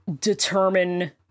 determine